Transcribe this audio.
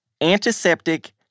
antiseptic